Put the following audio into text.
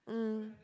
mm